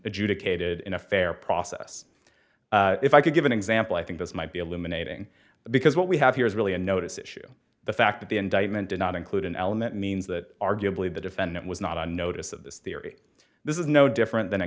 adjudicated in a fair process if i could give an example i think this might be eliminating because what we have here is really a notice issue the fact that the indictment did not include an element means that arguably the defendant was not on notice of this theory this is no different than a